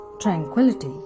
tranquility